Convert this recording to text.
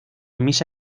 misa